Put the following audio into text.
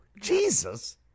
Jesus